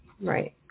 right